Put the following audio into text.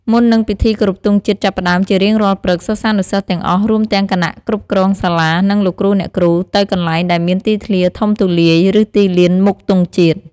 មុននឹងពិធីគោរពទង់ជាតិចាប់ផ្ដើមជារៀងរាល់ព្រឹក សិស្សានុសិស្សទាំងអស់ រួមទាំងគណៈគ្រប់គ្រងសាលា និងលោកគ្រូអ្នកគ្រូ ទៅកន្លែងដែលមានទីធ្លាធំទូលាយ ឬទីលានមុខទង់ជាតិ។